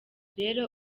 rero